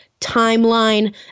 timeline